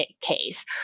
case